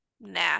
nah